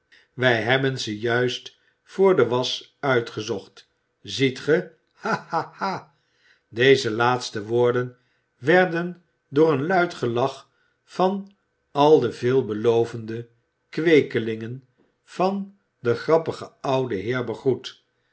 wij hebben ze juist voor de wasch uitgezocht ziet ge ha ha ha deze laatste woorden werden door een luid gelach van al de veelbelovende kweekelingen van den grappigen ouden